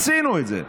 עשינו את זה.